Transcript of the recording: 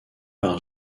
par